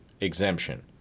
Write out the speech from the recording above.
exemption